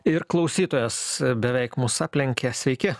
ir klausytojas beveik mus aplenkė sveiki